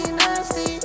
nasty